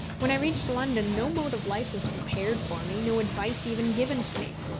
when i reached london no mode of life was prepared for me no advice even given to me.